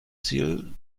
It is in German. ziel